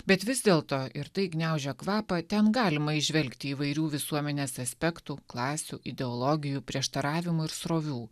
bet vis dėlto ir tai gniaužia kvapą ten galima įžvelgti įvairių visuomenės aspektų klasių ideologijų prieštaravimų ir srovių